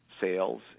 sales